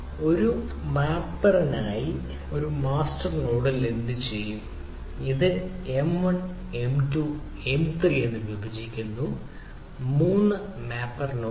ഈ മാപ്പറിനായി ഒരു മാസ്റ്റർ നോഡിൽ എന്തുചെയ്യും ഇത് M1 M2 M 3 എന്ന് വിഭജിക്കുന്നു 3 മാപ്പർ നോഡ്